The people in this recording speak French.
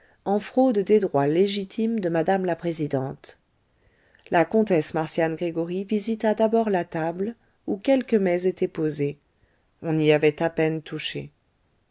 en fraude des droits légitimes de mme la présidente la comtesse marcian gregoryi visita d'abord la table où quelques mets étaient posés on y avait à peine touché